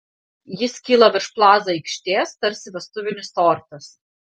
jis kyla virš plaza aikštės tarsi vestuvinis tortas